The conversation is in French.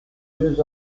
deux